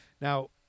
Now